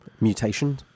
mutation